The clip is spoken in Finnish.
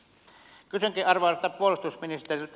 kysynkin arvoisalta puolustusministeriltä